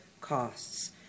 costs